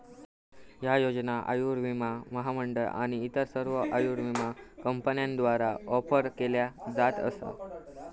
ह्या योजना आयुर्विमा महामंडळ आणि इतर सर्व आयुर्विमा कंपन्यांद्वारा ऑफर केल्या जात असा